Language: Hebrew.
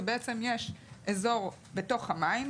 יש אזור בתוך המים,